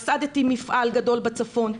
ייסדתי מפעל גדול בצפון,